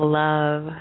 love